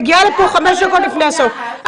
מגיעה לפה חמש דקות לפני הסוף.